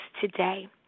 today